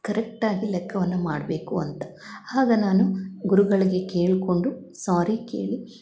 ಕರೆಕ್ಟಾಗಿ ಲೆಕ್ಕವನ್ನು ಮಾಡಬೇಕು ಅಂತ ಆಗ ನಾನು ಗುರುಗಳಿಗೆ ಕೇಳಿಕೊಂಡು ಸಾರಿ ಕೇಳಿ